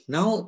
Now